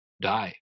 die